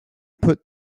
put